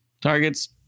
targets